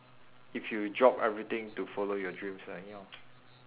if you dropped everything to follow your dreams ah ya